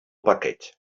bucket